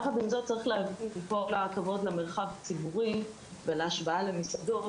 יחד עם זאת צריך להגיד שעם כל הכבוד למרחב הציבורי ולהשוואה למוסדות,